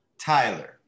Tyler